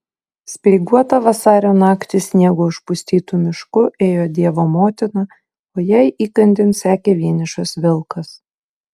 speiguotą vasario naktį sniego užpustytu mišku ėjo dievo motina o jai įkandin sekė vienišas vilkas